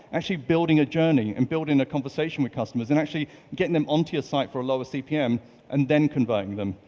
actually building a journey and building a conversation with customers and actually getting them on to your site for a lower cpm and then converting them.